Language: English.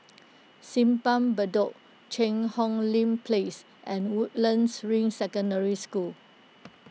Simpang Bedok Cheang Hong Lim Place and Woodlands Ring Secondary School